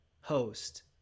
host